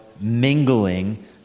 mingling